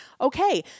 okay